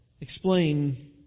explain